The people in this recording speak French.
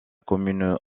commune